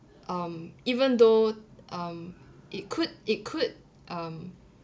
um even though um it could it could um